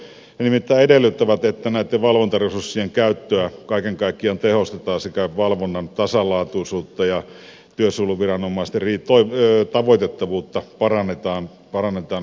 he nimittäin edellyttävät että näitten valvontaresurssien käyttöä kaiken kaikkiaan tehostetaan sekä valvonnan tasalaatuisuutta ja työsuojeluviranomaisten tavoitettavuutta parannetaan huomattavasti